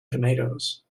tomatoes